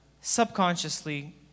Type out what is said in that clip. subconsciously